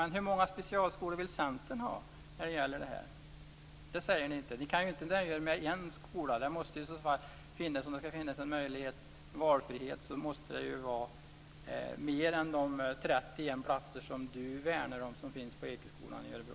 Men hur många sådana här specialskolor vill Centern ha? Det säger ni inte. Ni kan inte nöja er med en skola. Om det ska finnas en valmöjlighet måste det vara fråga om mer än de 31 platser som Sofia Jonsson värnar om och som finns på Ekeskolan i Örebro.